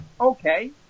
Okay